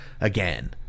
again